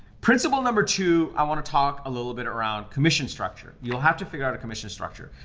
principle number two, i wanna talk a little bit around commission structure. you'll have to figure out a commission structure.